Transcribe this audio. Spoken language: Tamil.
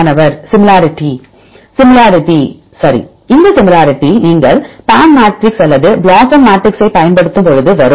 மாணவர் சிமிலாரிடி சிமிலாரிடி சரி இந்த சிமிலாரிடி நீங்கள் PAM மேட்ரிக்ஸ் அல்லது BLOSUM மேட்ரிக்ஸ்சை பயன்படுத்தும் பொழுது வரும்